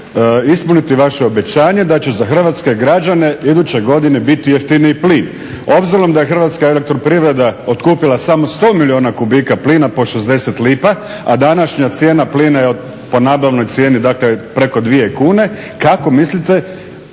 ispuniti vaše obećanje da će za hrvatske građane iduće godine biti jeftiniji plin. Obzirom da je Hrvatska elektroprivreda otkupila samo 100 milijuna kubika plina po 60 lipa a današnja cijena plina je po nabavnoj cijeni dakle preko 2 kune, kako mislite